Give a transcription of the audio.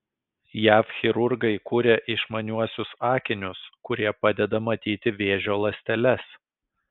jav chirurgai kuria išmaniuosius akinius kurie padeda matyti vėžio ląsteles